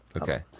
Okay